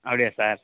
அப்படியா சார்